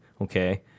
okay